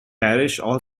also